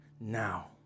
now